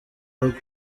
rugo